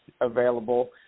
available